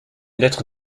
lettre